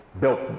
built